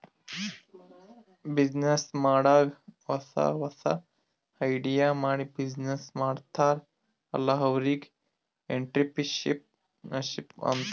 business ಮಾಡಾಗ್ ಹೊಸಾ ಹೊಸಾ ಐಡಿಯಾ ಮಾಡಿ ಬಿಸಿನ್ನೆಸ್ ಮಾಡ್ತಾರ್ ಅಲ್ಲಾ ಅವ್ರಿಗ್ ಎಂಟ್ರರ್ಪ್ರಿನರ್ಶಿಪ್ ಅಂತಾರ್